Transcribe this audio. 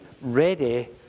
ready